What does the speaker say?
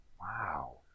Wow